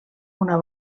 una